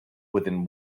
within